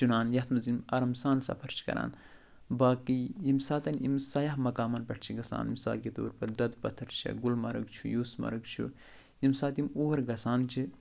چُنان یَتھ منٛز یِم آرام سان سفر چھِ کران باقٕے ییِمہِ ساتَن یِم سیاح مقامَن پٮ۪ٹھ چھِ گژھان مِثال کے طور پر دۄدٕ پتھر چھےٚ گُلمرگ چھُ یوٗسمرگ چھُ ییٚمہِ ساتہٕ یِم اور گژھان چھِ